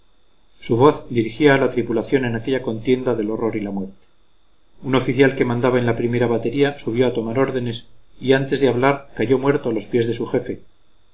dirigía a la tripulación en aquella contienda del honor y la muerte un oficial que mandaba en la primera batería subió a tomar órdenes y antes de hablar cayó muerto a los pies de su jefe